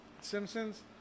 Simpsons